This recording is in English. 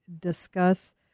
discuss